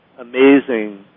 amazing